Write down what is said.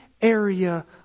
area